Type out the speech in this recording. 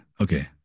Okay